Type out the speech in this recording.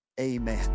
Amen